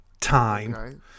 time